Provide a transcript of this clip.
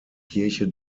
kirche